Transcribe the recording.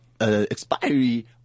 expiry